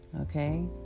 okay